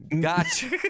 gotcha